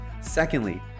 Secondly